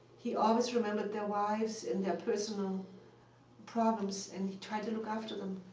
he always remembered their wives and their personal problems, and he tried to look after them,